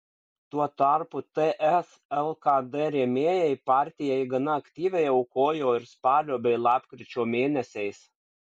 tuo tarpu ts lkd rėmėjai partijai gana aktyviai aukojo ir spalio bei lapkričio mėnesiais